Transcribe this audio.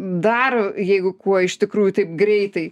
dar jeigu kuo iš tikrųjų taip greitai